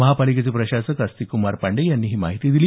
महापालिका प्रशासक आस्तिककमार पांडेय यांनी ही माहिती दिली